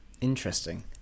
interesting